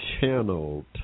channeled